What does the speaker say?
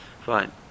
fine